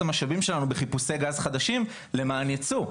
המשאבים שלנו בחיפושי גז חדשים למען ייצוא,